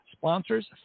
sponsors